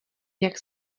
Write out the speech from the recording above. jak